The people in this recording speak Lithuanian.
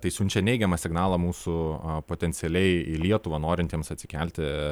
tai siunčia neigiamą signalą mūsų potencialiai į lietuvą norintiems atsikelti